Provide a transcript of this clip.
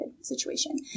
situation